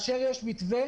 צריך להיות מתווה,